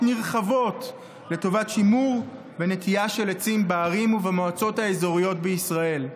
נרחבות לטובת שימור ונטיעה של עצים בערים ובמועצות האזוריות בישראל.